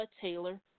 Taylor